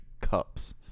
cups